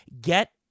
get